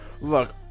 look